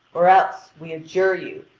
or else, we adjure you,